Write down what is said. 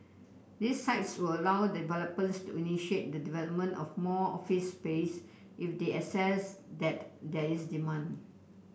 these sites will allow developers to initiate the development of more office space if they assess that there is demand